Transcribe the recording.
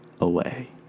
away